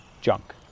junk